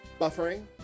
Buffering